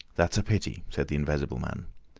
that's a pity, said the invisible man.